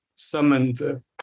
summoned